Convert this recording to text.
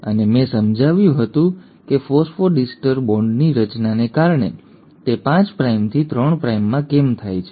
અને મેં સમજાવ્યું હતું કે ફોસ્ફોડિસ્ટર બોન્ડની રચનાને કારણે તે ૫ પ્રાઇમથી ૩ પ્રાઇમમાં કેમ થાય છે